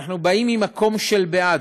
אנחנו באים ממקום של בעד.